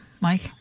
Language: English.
Mike